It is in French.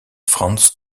franz